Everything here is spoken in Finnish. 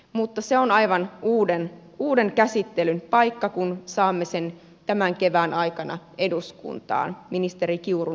mutta se on aivan uuden käsittelyn paikka kun saamme sen tämän kevään aikana eduskuntaan ministeri kiurun johdolla